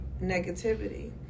negativity